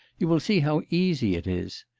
you will see how easy it is.